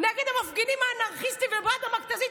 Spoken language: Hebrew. נגד המפגינים האנרכיסטים ובא עם המכת"זית,